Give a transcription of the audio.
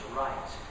right